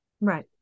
Right